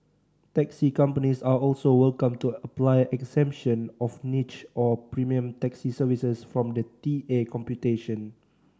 taxi companies are also welcome to apply exemption of niche or premium taxi services from the T A computation